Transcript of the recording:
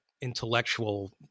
intellectual